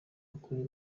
akore